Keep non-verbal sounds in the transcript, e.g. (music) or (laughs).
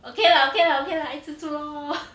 okay lah okay lah okay lah 爱吃醋 lor (laughs)